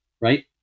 right